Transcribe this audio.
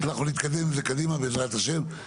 אנחנו נתקדם עם זה קדימה בעזרת השם.